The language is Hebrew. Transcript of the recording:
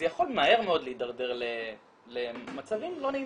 זה יכול מהר מאוד להידרדר למצבים לא נעימים.